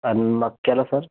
आणि मक्याला सर